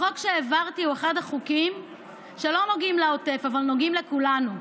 החוק שהעברתי הוא אחד החוקים שלא נוגעים לעוטף אבל נוגעים לכולנו,